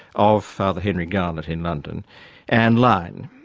of father henry garnet in london anne line.